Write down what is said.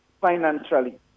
financially